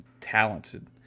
talented